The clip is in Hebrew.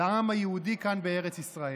לעם היהודי כאן בארץ ישראל.